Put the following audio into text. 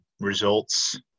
Results